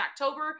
October